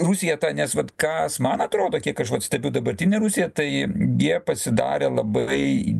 rusija nes vat kas man atrodo kiek aš vat stebiu dabartinę rusiją tai jie pasidarė labai